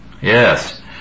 Yes